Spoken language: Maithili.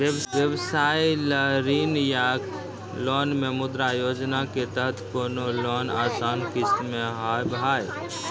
व्यवसाय ला ऋण या लोन मे मुद्रा योजना के तहत कोनो लोन आसान किस्त मे हाव हाय?